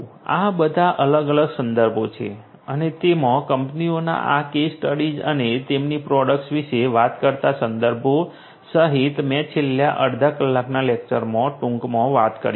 આ બધા અલગ અલગ સંદર્ભો છે અને તેમાં કંપનીઓના આ કેસ સ્ટડીઝ અને તેમની પ્રોડક્ટ્સ વિશે વાત કરતા સંદર્ભો સહિત મેં છેલ્લા અડધા કલાકના લેક્ચરમાં ટૂંકમાં વાત કરી હતી